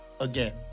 again